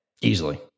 easily